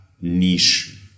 niche